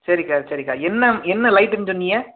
சரிக்கா சரிக்கா என்ன என்ன லைட்டுன்னு சொன்னீக